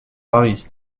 paris